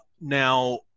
now